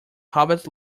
hobbits